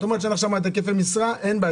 את אומרת שאין לך שם היקפי משרה - אין בעיה.